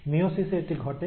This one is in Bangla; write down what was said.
মিয়োসিসে এটি ঘটে